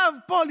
עכשיו פה,